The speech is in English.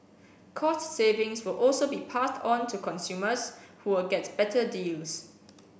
cost savings will also be passed onto consumers who will get better deals